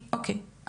אוקיי,